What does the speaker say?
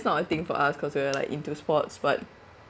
some of the thing for us cause we are like into sports but